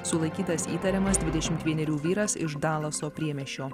sulaikytas įtariamas dvidešimt vienerių vyras iš dalaso priemiesčio